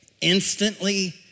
instantly